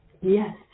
Yes